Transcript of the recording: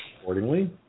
accordingly